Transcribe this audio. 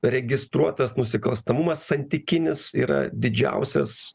registruotas nusikalstamumas santykinis yra didžiausias